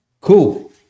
cool